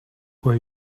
were